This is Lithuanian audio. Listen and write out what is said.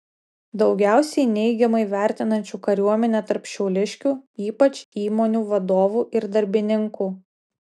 daugiausiai neigiamai vertinančių kariuomenę tarp šiauliškių ypač įmonių vadovų ir darbininkų